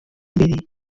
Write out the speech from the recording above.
imbere